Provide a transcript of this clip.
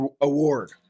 award